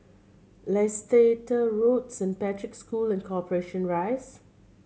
Leicester Road Saint Patrick's School and Corporation Rise